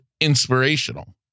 inspirational